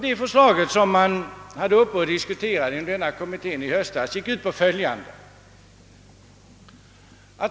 Det förslag denna kommitté diskuterade i höstas gick ut på följande.